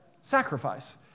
sacrifice